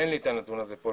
אין לי את הנתון הזה פה.